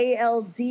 ALD